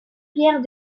pierre